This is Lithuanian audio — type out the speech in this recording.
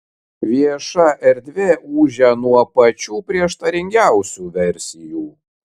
vieša erdvė ūžia nuo pačių prieštaringiausių versijų